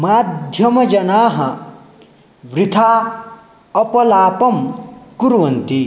माध्यमजनाः वृथा अपलापं कुर्वन्ति